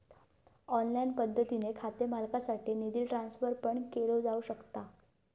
online पद्धतीने खाते मालकासाठी निधी ट्रान्सफर पण केलो जाऊ शकता